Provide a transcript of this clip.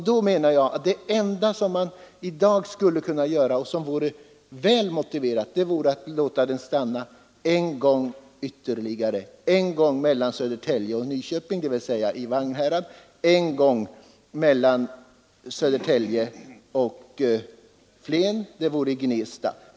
Det enda som man då behöver göra — och det vore välmotiverat — vore att låta tågen stanna ytterligare en gång mellan Södertälje och Nyköping, dvs. i Vagnhärad, och en gång mellan Södertälje och Flen, dvs. i Gnesta.